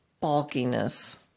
bulkiness